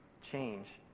change